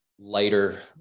lighter